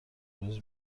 روز